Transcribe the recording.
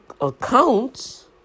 accounts